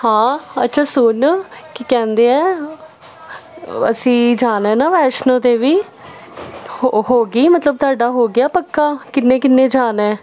ਹਾਂ ਅੱਛਾ ਸੁਣ ਕੀ ਕਹਿੰਦੇ ਹੈ ਅਸੀਂ ਜਾਣਾ ਨਾ ਵੈਸ਼ਨੋ ਦੇਵੀ ਹੋ ਹੋ ਗਈ ਮਤਲਬ ਤੁਹਾਡਾ ਹੋ ਗਿਆ ਪੱਕਾ ਕਿਹਣੇ ਕਿਹਣੇ ਜਾਣਾ ਹੈ